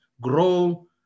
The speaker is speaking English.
Grow